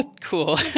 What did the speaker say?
Cool